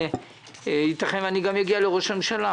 יתכן ואגיע גם לראש הממשלה